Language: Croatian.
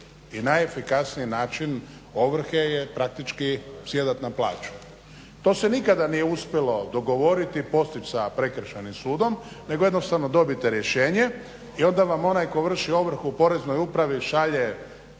i najefikasniji način ovrhe je praktički sjedat na plaću. To se nikada nije uspjelo dogovoriti, postići sa prekršajnim sudom nego jednostavno dobijete rješenje i onda vam onaj tko vrši ovrhu u poreznoj upravi šalje